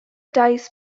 dice